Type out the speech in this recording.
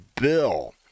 bill